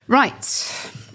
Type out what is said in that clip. Right